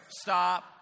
stop